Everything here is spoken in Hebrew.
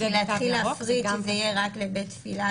להתחיל להפריד שזה יהיה רק לבית תפילה,